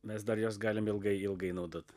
mes dar juos galim ilgai ilgai naudot